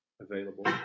available